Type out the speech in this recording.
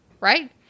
right